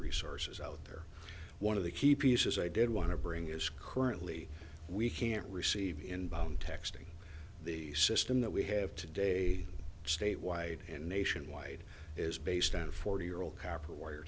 resources out there one of the key pieces i did want to bring is currently we can't receive inbound texting the system that we have today statewide and nationwide is based on forty year old copper wire